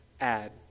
add